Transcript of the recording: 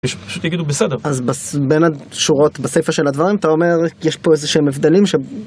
פשוט תגידו בסדר. אז בין השורות בספר של הדברים אתה אומר יש פה איזשהם הבדלים ש...